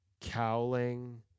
cowling